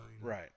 right